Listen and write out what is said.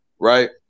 right